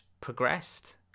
progressed